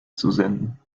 zusenden